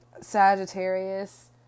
Sagittarius